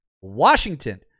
Washington